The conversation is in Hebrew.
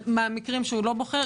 מהמקרים שהוא לא בוחר,